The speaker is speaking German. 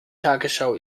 tagesschau